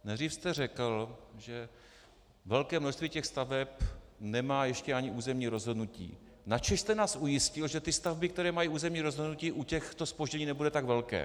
Nejdřív jste řekl, že velké množství těch staveb nemá ještě ani územní rozhodnutí, načež jste nás ujistil, že ty stavby, které mají územní rozhodnutí, u těch to zpoždění nebude tak velké.